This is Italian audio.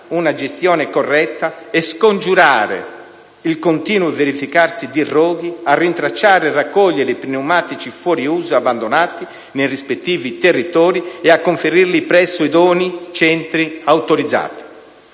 una gestione corretta e scongiurare il continuo verificarsi di roghi, a rintracciare e raccogliere i pneumatici fuori uso abbandonati nei rispettivi territori e a conferirli presso idonei centri autorizzati.